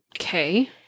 Okay